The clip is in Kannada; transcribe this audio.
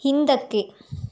ಹಿಂದಕ್ಕೆ